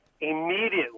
immediately